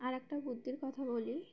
আর একটা বুদ্ধির কথা বলি